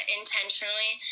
intentionally